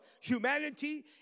humanity